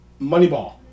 Moneyball